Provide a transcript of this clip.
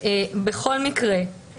בכל מקרה,